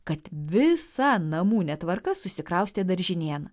kad visa namų netvarka susikraustė daržinėn